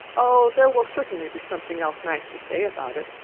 oh, there will certainly be something else nice to say about it,